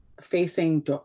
facing